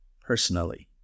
personally